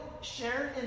share